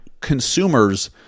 Consumers